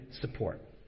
support